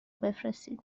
بفرستید